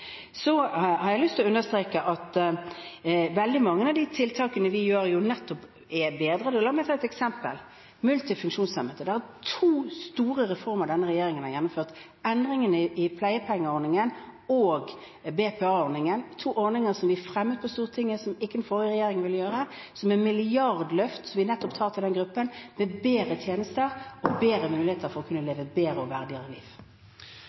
Så har jeg lyst til å understreke at veldig mange av de tiltakene vi gjør, nettopp er bedre. La meg ta et eksempel: multifunksjonshemmede. Det er to store reformer denne regjeringen har gjennomført: endringer i pleiepengeordningen og BPA-ordningen, to ordninger som vi fremmet for Stortinget, og som den forrige regjeringen ikke ville gjøre, som er et milliardløft som vi nettopp tar for den gruppen, med bedre tjenester og bedre muligheter for å kunne leve et bedre og verdigere liv.